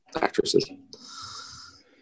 actresses